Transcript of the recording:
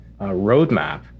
roadmap